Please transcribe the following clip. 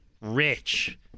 rich